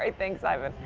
ah thanks ivan.